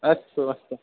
अस्तु अस्तु